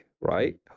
right